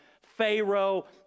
Pharaoh